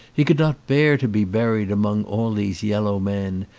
he could not bear to be buried among all these yellow men,